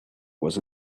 was